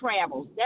travels